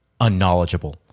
unknowledgeable